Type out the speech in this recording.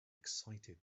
excited